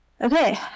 Okay